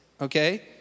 okay